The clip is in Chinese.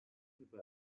日本